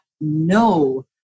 no